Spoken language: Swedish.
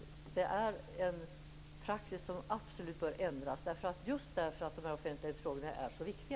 Detta är en praxis som absolut bör ändras, just därför att de offentliga utfrågningarna är så viktiga.